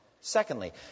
Secondly